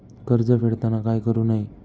कर्ज फेडताना काय करु नये?